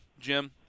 Jim